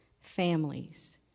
families